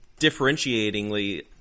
differentiatingly